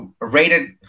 rated